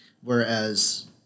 Whereas